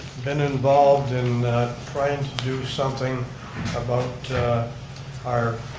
been involved in trying to do something about our